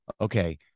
Okay